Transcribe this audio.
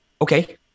okay